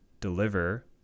deliver